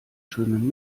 schönen